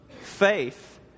faith